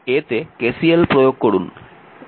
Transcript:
এই এটি আমার নোড A